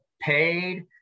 paid